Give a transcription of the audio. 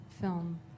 film